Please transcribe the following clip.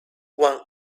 one